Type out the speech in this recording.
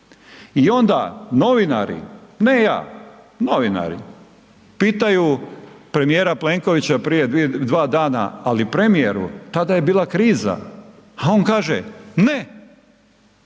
I onda novinari, ne ja, novinari, pitaju premijera Plenkovića prije dva dana, ali premijeru tada je bila kriza, a on kaže ne,